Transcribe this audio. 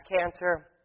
cancer